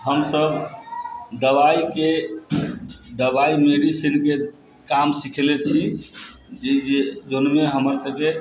हमसब दबाइके दबाइ मेडिसिनके काम सीखले छी जे जे जोनमे हमर सबके